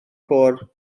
côr